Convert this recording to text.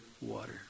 water